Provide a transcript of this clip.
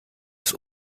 ist